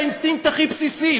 לאינסטינקט הכי בסיסי,